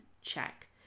check